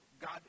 God